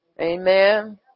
Amen